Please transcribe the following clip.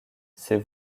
ces